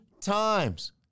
times